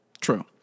True